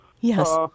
Yes